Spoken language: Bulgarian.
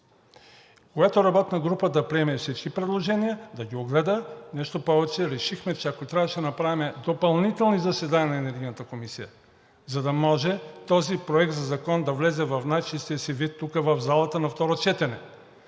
такава работна група, която да приеме всички предложения, да ги огледа. Нещо повече – решихме, че ако трябва, ще направим допълнителни заседания на Енергийната комисия, за да може този проект на закон да влезе в най-чистия си вид тук в залата на второ четене.